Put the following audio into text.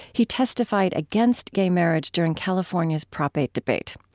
he testified against gay marriage during california's prop. eight debate.